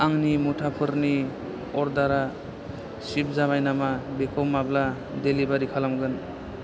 आंनि मुथाफोरनि अर्डारा सिप जाबाय नामा बेखौ माब्ला डेलिबारि खालामगोन